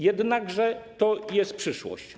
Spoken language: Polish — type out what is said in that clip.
Jednakże to jest przyszłość.